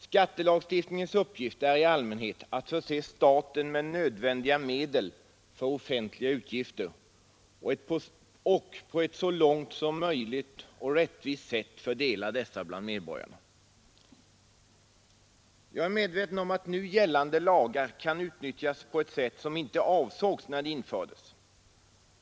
Skattelagstiftningens uppgift är i allmänhet att förse staten med nödvändiga medel för offentliga utgifter och att så långt som möjligt rättvist fördela uttaget bland medborgarna. Jag är medveten om att nu gällande lagar kan utnyttjas på ett sätt som inte avsågs när de infördes.